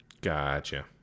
gotcha